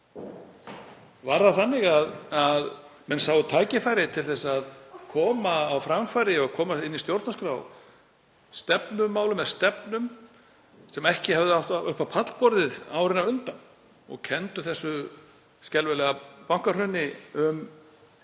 Var það þannig að menn sáu tækifæri til að koma á framfæri og koma inn í stjórnarskrá stefnumálum sem ekki höfðu átt upp á pallborðið árin á undan og kenndu þessu skelfilega bankahruni um